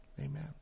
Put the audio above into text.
amen